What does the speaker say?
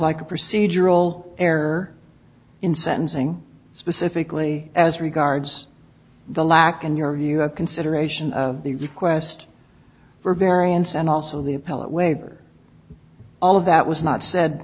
like a procedural error in sentencing specifically as regards the lack in your view of consideration of the request for a variance and also the appellate waiver all of that was not said